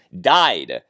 died